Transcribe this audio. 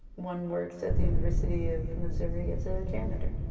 one works at the university of missouri as a janitor.